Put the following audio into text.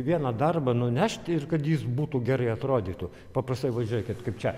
vieną darbą nunešti ir kad jis būtų gerai atrodytų paprastai va žiūrėkit kaip čia